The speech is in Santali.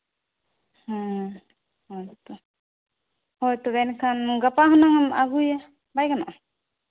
ᱦᱮᱸ ᱦᱳᱭ ᱛᱚ ᱦᱳᱭ ᱛᱚᱵᱮ ᱮᱱᱠᱷᱟᱱ ᱜᱟᱯᱟ ᱦᱩᱱᱟᱹᱝ ᱮᱢ ᱟᱹᱜᱩᱭᱟ ᱵᱟᱭ ᱜᱟᱱᱚᱜᱼᱟ